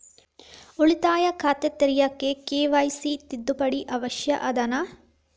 ಉಳಿತಾಯ ಖಾತೆ ತೆರಿಲಿಕ್ಕೆ ಕೆ.ವೈ.ಸಿ ತಿದ್ದುಪಡಿ ಅವಶ್ಯ ಅದನಾ?